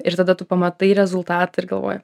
ir tada tu pamatai rezultatą ir galvoji